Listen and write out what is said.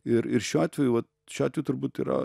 ir ir šiuo atveju va šiuo atveju turbūt yra